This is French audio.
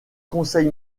conseil